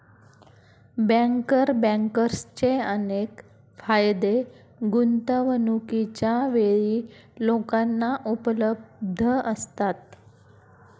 banker बँकर्सचे अनेक फायदे गुंतवणूकीच्या वेळी लोकांना उपलब्ध असतात